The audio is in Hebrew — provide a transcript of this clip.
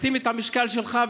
לשים את המשקל שלך.